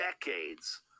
decades